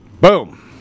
Boom